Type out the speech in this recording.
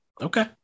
Okay